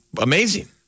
amazing